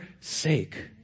sake